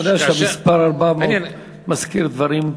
אתה יודע שהמספר 400 מזכיר דברים,